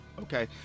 Okay